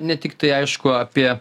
ne tiktai aišku apie